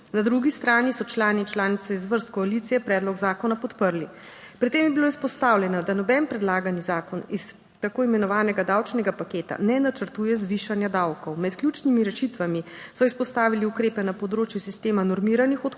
na drugi strani so člani in članice iz vrst koalicije predlog zakona podprli. Pri tem je bilo izpostavljeno, da noben predlagani zakon iz tako imenovanega davčnega paketa ne načrtuje zvišanja davkov, med ključnimi rešitvami, so izpostavili ukrepe na področju sistema normiranih odhodkov,